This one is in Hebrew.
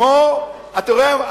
אתה רואה?